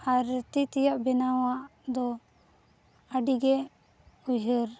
ᱟᱨ ᱛᱤ ᱛᱮᱭᱟᱜ ᱵᱮᱱᱟᱣᱟᱜ ᱫᱚ ᱟᱹᱰᱤ ᱜᱮ ᱩᱭᱦᱟᱹᱨ